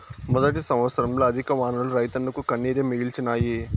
మొదటి సంవత్సరంల అధిక వానలు రైతన్నకు కన్నీరే మిగిల్చినాయి